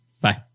Bye